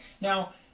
Now